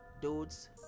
dudes